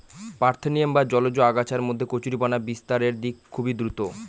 parthenium বা জলজ আগাছার মধ্যে কচুরিপানা বিস্তারের দিক খুবই দ্রূত